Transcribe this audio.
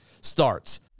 starts